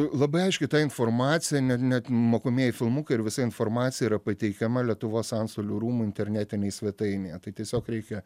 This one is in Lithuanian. labai aiškiai tą informaciją net net mokomieji filmukai ir visa informacija yra pateikiama lietuvos antstolių rūmų internetinėj svetainėje tai tiesiog reikia